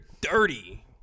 dirty